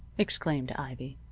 exclaimed ivy,